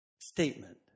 statement